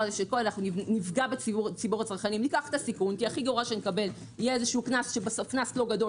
שנפגע בציבור הצרכנים כי הכי גרוע שנקבל יהיה קנס לא גדול